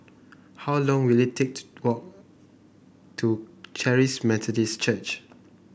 how long will it take to walk to Charis Methodist Church